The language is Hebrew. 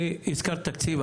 הזכרת תקציב,